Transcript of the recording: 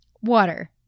water